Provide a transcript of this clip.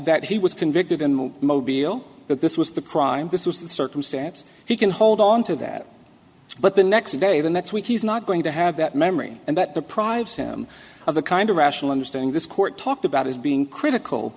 that he was convicted and moby oh that this was the crime this was the circumstance he can hold onto that but the next day the next week he's not going to have that memory and that deprives him of the kind of rational understanding this court talked about his being critical